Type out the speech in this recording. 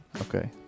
Okay